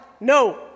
no